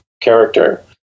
character